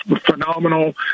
phenomenal